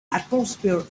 atmosphere